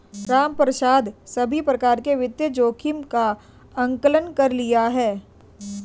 रामप्रसाद सभी प्रकार के वित्तीय जोखिम का आंकलन कर लिए है